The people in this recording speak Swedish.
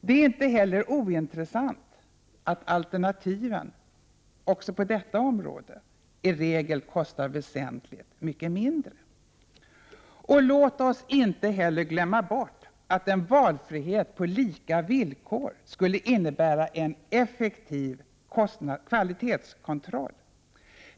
Det är inte heller ointressant att alternativen också på detta område i regel kostar väsentligt mindre. Låt oss inte heller glömma bort att en valfrihet på lika villkor skulle innebära en effektiv kvalitetskontroll.